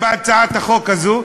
בהצעת החוק הזאת,